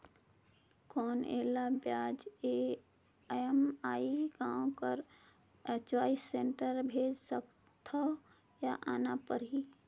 कौन एला ब्याज ई.एम.आई गांव कर चॉइस सेंटर ले भेज सकथव या आना परही?